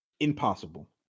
impossible